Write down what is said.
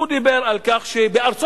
הוא דיבר על כך שבארצות-הברית,